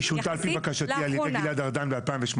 היא שונתה על פי בקשתי על ידי גלעד ארדן ב-2018,